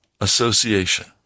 association